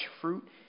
fruit